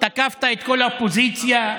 תקפת את כל האופוזיציה,